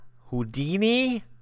Houdini